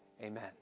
Amen